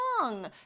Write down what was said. long